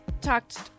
talked